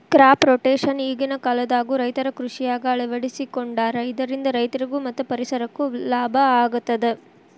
crop rotation ಈಗಿನ ಕಾಲದಾಗು ರೈತರು ಕೃಷಿಯಾಗ ಅಳವಡಿಸಿಕೊಂಡಾರ ಇದರಿಂದ ರೈತರಿಗೂ ಮತ್ತ ಪರಿಸರಕ್ಕೂ ಲಾಭ ಆಗತದ